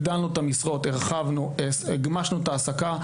הגדלנו את המשרות, הרחבנו, הגמשנו את ההעסקה.